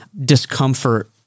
discomfort